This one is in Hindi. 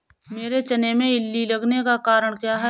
मेरे चने में इल्ली लगने का कारण क्या है?